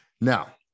Now